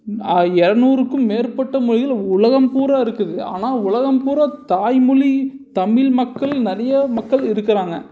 இரநூறுக்கும் மேற்பட்ட மொழிகள் உலகம் பூராக இருக்குது ஆனால் உலகம் பூராக தாய்மொழி தமிழ் மக்கள் நிறையா மக்கள் இருக்கிறாங்க